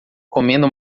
comendo